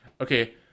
okay